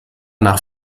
nach